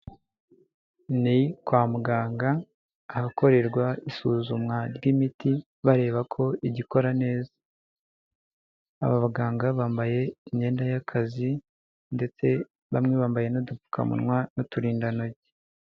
Ni kwa muganga ahakorerwa isuzumwa ry'imiti bareba ko igikora neza. Aba baganga bambaye imyenda y'akazi ndetse bamwe bambaye n'udupfukamunwa n'uturindantoki.